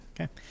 Okay